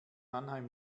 mannheim